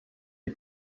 die